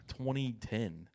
2010